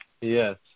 Yes